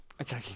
Okay